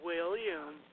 William